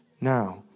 now